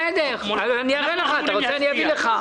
בסדר, אני אראה לך, אם אתה רוצה אביא לך.